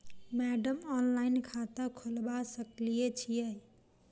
Madam online खाता खोलबा सकलिये छीयै?